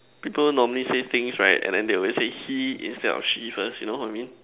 people normally say thing is right and then they always say he instead of she first you know what I mean